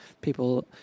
people